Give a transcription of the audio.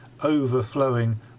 overflowing